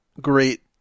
great